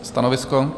Stanovisko?